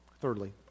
Thirdly